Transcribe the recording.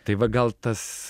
tai va gal tas